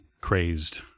crazed